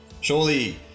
Surely